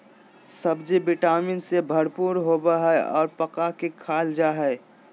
सब्ज़ि vitamin से भरपूर होबय हइ और पका के खाल जा हइ